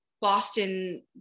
Boston